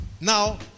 Now